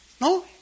No